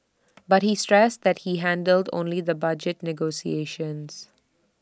but he stressed that he handled only the budget negotiations